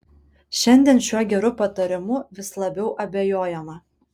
šiandien šiuo geru patarimu vis labiau abejojama